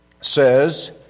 says